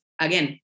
again